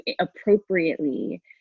appropriately